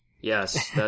Yes